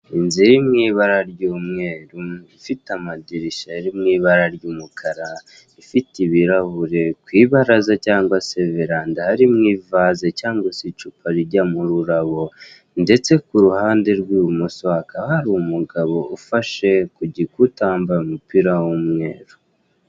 Inzu iri mu ibara ry'umweru, ifite amadirishya ari mu ibara ry'umukara, ifite ibirahure, ku ibaraza cyangwa se veranda harimo ivaze cyangwa se icupa rijyamo ururabo ndetse ku ruhande rw'ibumoso hakaba hari umugabo ufashe ku gikuta wambaye umupira w'umweru.